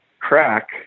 crack